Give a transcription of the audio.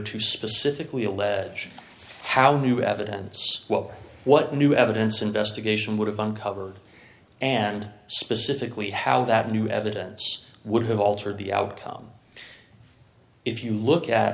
to specifically allege how new evidence well what new evidence investigation would have uncovered and specifically how that new evidence would have altered the outcome if you look at